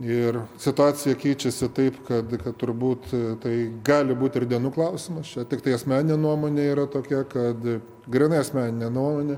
ir situacija keičiasi taip kad turbūt tai gali būt ir dienų klausimas čia tiktai asmeninė nuomonė yra tokia kad grynai asmenine nuomone